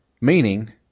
meaning